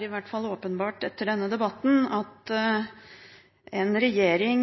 i hvert fall åpenbart at en regjering